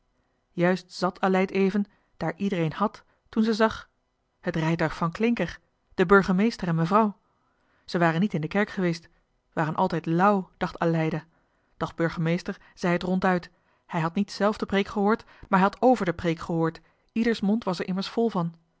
juist zat aleid even daar iedereen hàd toen ze zag het rijtuig van klincker de burgemeester en mevrouw zij waren niet in de kerk geweest waren altijd lauw dacht aleida doch burgemeester zei het ronduit hij had niet zelf de preek gehoord maar hij had over de preek gehoord ieders mond was er immers vol van